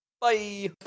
Bye